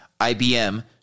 ibm